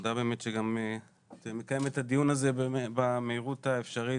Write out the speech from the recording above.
תודה באמת גם שאת מקיימת את הדיון הזה במהירות האפשרית.